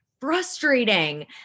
frustrating